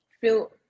feel